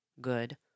good